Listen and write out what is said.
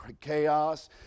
chaos